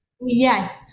Yes